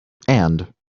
and